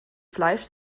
fleisch